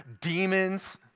demons